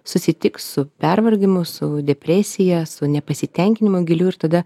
susitiks su pervargimu su depresija su nepasitenkinimu giliu ir tada